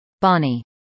Bonnie